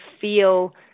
feel –